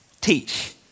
teach